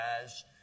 guys